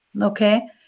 okay